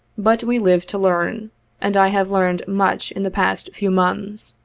but we live to learn and i have learned much in the past few months.